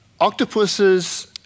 octopuses